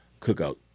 cookout